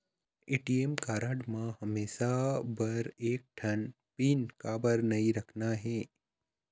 ATM card म हमेशा बर एक ठन पिन काबर नई रखना हे?